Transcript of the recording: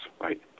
right